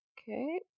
Okay